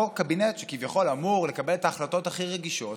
אותו קבינט שכביכול אמור לקבל את ההחלטות הכי רגישות,